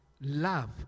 love